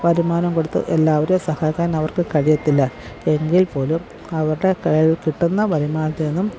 വരുമാനം കൊടുത്ത് എല്ലാവരെയും സഹായിക്കാൻ അവർക്ക് കഴിയത്തില്ല എങ്കിൽപ്പോലും അവരുടെ കയ്യിൽ കിട്ടുന്ന വരുമാനത്തിൽ നിന്നും